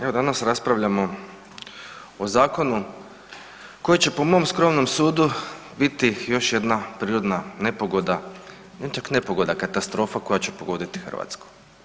Evo danas raspravljamo o zakonu koji će po mom skromnom sudu biti još jedna prirodna nepogoda, ne čak nepogoda, katastrofa koja će pogoditi Hrvatsku.